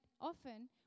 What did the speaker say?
often